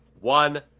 one